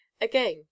again